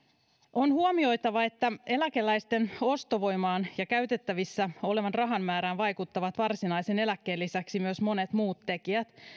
on huomioitava että eläkeläisten ostovoimaan ja käytettävissä olevan rahan määrään vaikuttavat varsinaisen eläkkeen lisäksi myös monet muut tekijät